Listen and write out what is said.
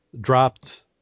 dropped